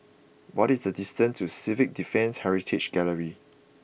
what is the distance to Civil Defence Heritage Gallery